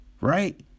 right